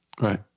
Right